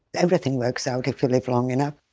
everything works out like if you live long enough.